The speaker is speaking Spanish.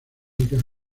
league